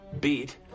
beat